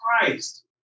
Christ